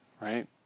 right